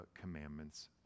commandments